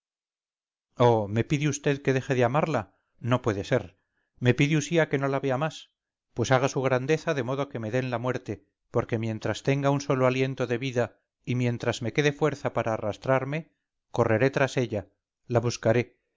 me pide usía que deje de amarla no puede ser me pide usía que no la vea más pues haga su grandeza de modo que me den la muerte porque mientras tenga un solo aliento de vida y mientras me quede fuerza para arrastrarme correré tras ella la buscaré